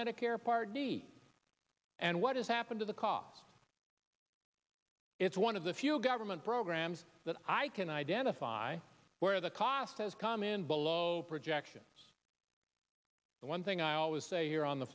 medicare part d and what has happened to the cause it's one of the few government programs that i can identify where the cost has come in below projections the one thing i always say here on the